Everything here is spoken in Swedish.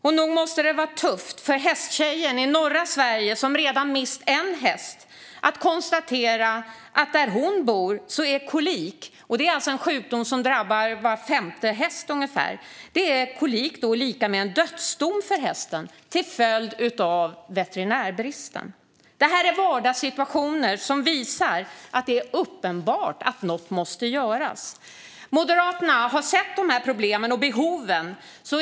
Och nog måste det vara tufft för hästtjejen i norra Sverige, som redan mist en häst, att konstatera att där hon bor är kolik - en sjukdom som alltså drabbar ungefär var femte häst - lika med en dödsdom för hästen till följd av veterinärbristen. Detta är vardagssituationer som visar att det är uppenbart att något måste göras. Moderaterna har sett dessa problem och behov.